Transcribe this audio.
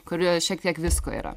kurioj šiek tiek visko yra